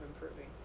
improving